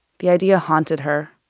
the idea haunted her.